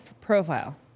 profile